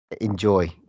enjoy